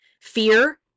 fear